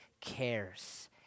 cares